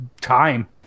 time